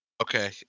Okay